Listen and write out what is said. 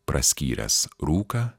praskyręs rūką